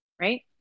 Right